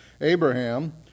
Abraham